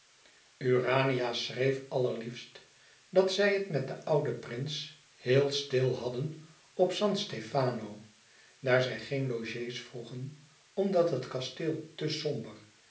urania schreef allerliefst dat zij het met den ouden prins heel stil hadden op san stefano daar zij geen logé's vroegen omdat het kasteel te somber